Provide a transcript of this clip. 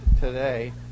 today